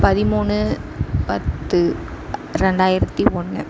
பதிமூணு பத்து ரெண்டாயிரத்தி ஒன்று